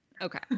Okay